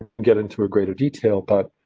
get into a greater detail, but.